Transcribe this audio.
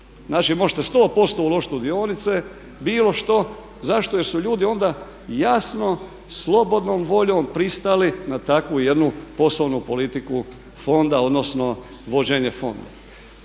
možete 100% uložiti u dionice bilo što, zašto jer su ljudi onda jasno, slobodnom voljom pristali na takvu jednu poslovnu politiku fonda odnosno vođenje fonda.